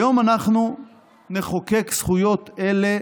היום אנחנו נחוקק זכויות אלה